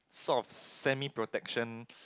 sort of semi protection